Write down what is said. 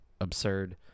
absurd